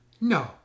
No